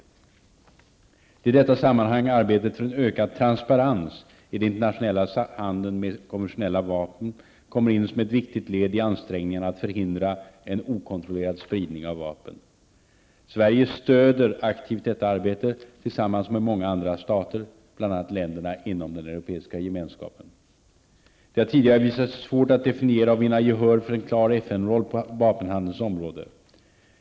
Det är i detta sammanhang arbetet för en ökad transparens i den internationella handeln med konventionella vapen kommer in som ett viktigt led i ansträngningarna att förhindra en okontrollerad spridning av vapen. Sverige stöder aktivt detta arbete, tillsammans med många andra stater, bl.a. Det har tidigare visat sig svårt att definiera och vinna gehör för en klar FN-roll på vapenhandelns område.